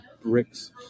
bricks